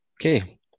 Okay